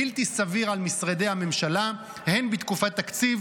בלתי סביר על משרדי הממשלה הן בתקופת תקציב